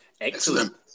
Excellent